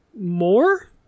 more